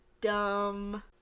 dumb